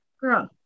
Girl